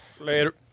Later